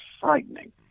frightening